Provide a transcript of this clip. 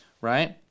right